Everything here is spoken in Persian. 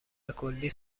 بکلی